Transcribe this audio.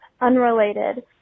unrelated